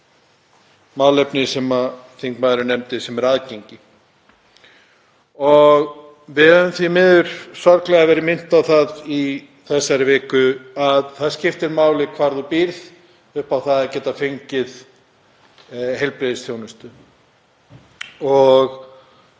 málefni sem þingmaðurinn nefndi, sem er aðgengi. Við höfum því miður sorglega verið minnt á það í þessari viku að það skiptir máli hvar fólk býr upp á það að geta fengið heilbrigðisþjónustu.